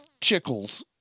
Chickles